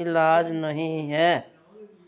ਇਲਾਜ ਨਹੀਂ ਹੈ